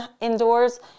indoors